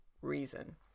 reason